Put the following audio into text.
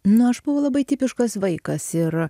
na aš buvau labai tipiškas vaikas ir